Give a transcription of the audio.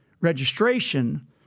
registration